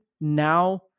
now